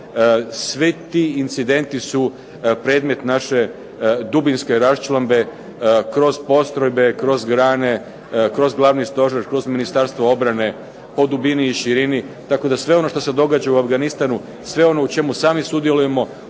svi ti incidenti su predmet naše dubinske raščlambe kroz postrojbe, kroz grane, kroz glavni stožer, kroz Ministarstvo obrane po dubini i širiti tako da sve ono što se događa u Afganistanu, sve ono u čemu sami sudjelujemo